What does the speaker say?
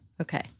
Okay